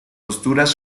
posturas